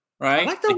right